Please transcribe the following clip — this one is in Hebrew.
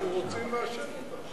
אמרתי לך, אנחנו רוצים לאשר אותה.